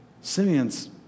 Simeon's